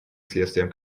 следствием